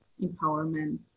empowerment